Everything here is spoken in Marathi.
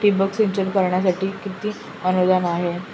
ठिबक सिंचन करण्यासाठी किती अनुदान आहे?